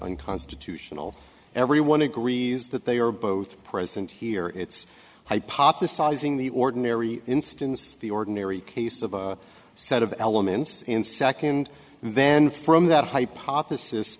unconstitutional everyone agrees that they are both present here it's hypothesizing the ordinary instance the ordinary case of a set of elements in second and then from that hypothesis